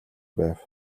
байв